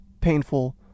painful